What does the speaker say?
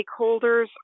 stakeholders